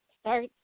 start